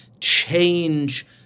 change